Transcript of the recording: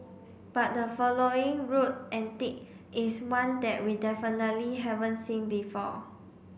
but the following road antic is one that we definitely haven't seen before